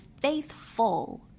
faithful